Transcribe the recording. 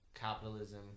capitalism